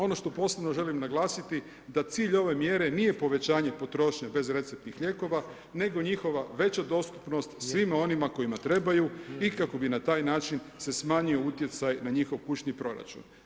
Ono što posebno želim naglasiti da cilj ove mjere nije povećanje potrošnje bezreceptnih lijekova nego njihova veća dostupnost svima onima kojima trebaju i kako bi na taj način se smanjio utjecaj na njihov kućni proračun.